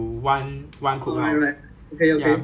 you won't dare to serve pork cubes to